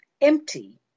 Empty